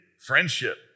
friendship